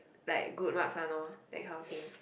like good marks one lor that kind of thing